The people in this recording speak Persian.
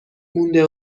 مونده